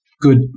good